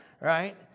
right